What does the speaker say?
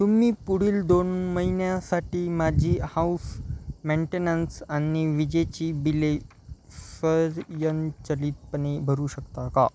तुम्ही पुढील दोन महिन्यासाठी माझी हाउस मेंटेनन्स आणि वीजेची बिले स्वयंचलितपणे भरू शकता का